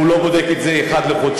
שהוא לא בודק את זה אחת לחודשיים,